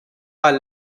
are